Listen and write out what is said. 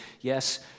yes